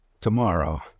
Tomorrow